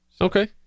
Okay